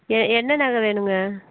எ என்ன நகை வேணுங்க